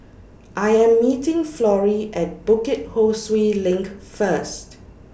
I Am meeting Florie At Bukit Ho Swee LINK First